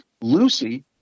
Lucy